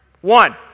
One